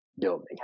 building